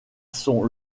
sont